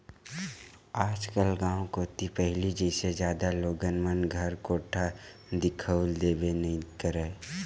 आजकल गाँव कोती पहिली जइसे जादा लोगन मन घर कोठा दिखउल देबे नइ करय